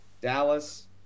Dallas